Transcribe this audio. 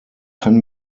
kann